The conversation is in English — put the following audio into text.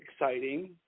exciting